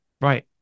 Right